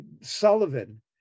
Sullivan